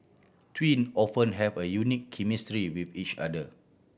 twin often have a unique chemistry with each other